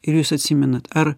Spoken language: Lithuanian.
ir jūs atsimenat ar